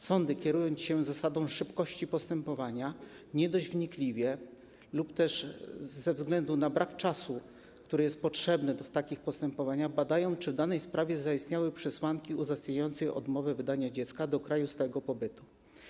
Sądy, kierując się zasadą szybkości postępowania, nie dość wnikliwie, też ze względu na brak czasu, który jest potrzebny w takich postępowaniach, badają, czy w danej sprawie zaistniały przesłanki uzasadniające odmowę wydania dziecka do kraju stałego pobytu.